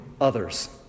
others